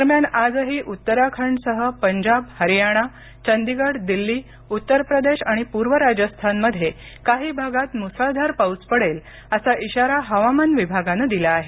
दरम्यान आजही उत्तराखंडसह पंजाब हरियाणा चंदीगड दिल्ली उत्तर प्रदेश आणि पूर्व राजस्थानमध्ये काही भागात मुसळधार पाऊस पडेल असा इशारा हवामान विभागानं दिला आहे